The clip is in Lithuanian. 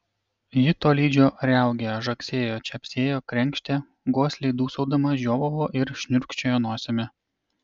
ji tolydžio riaugėjo žagsėjo čepsėjo krenkštė gosliai dūsaudama žiovavo ir šniurkščiojo nosimi